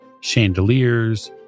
chandeliers